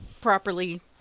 properly